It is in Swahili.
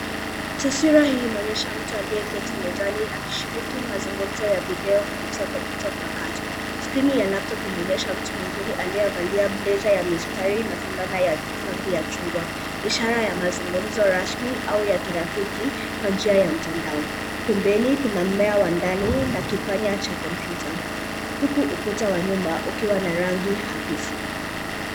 Taswira hii inaonyesha mtu aliyeketi mezani akishiriki mazungumzo ya video kupitia kompyuta mpakato. Skrini ya laptop inaonyesha mtu mwingine aliyevalia blazer ya mistari na fulana ya rangi ya chungwa, ishara ya mazungumzo rasmi au ya kirafiki kwa njia ya mtandao. Pembeni, kuna mmea wa ndani na kipanya cha kompyuta, huku ukuta wa nyuma ukiwa na rangi hafifu.